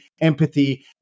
empathy